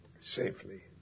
safely